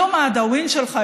לא מה הדאווין שלך,